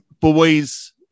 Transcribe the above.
boys